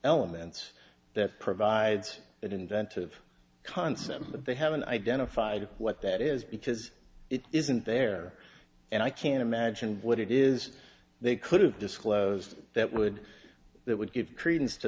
elements that provides that inventive concept but they haven't identified what that is because it isn't there and i can't imagine what it is they could have disclosed that would that would give credence to